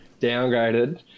downgraded